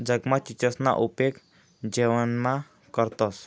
जगमा चीचसना उपेग जेवणमा करतंस